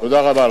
תודה רבה לך.